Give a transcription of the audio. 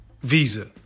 Visa